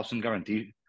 guarantee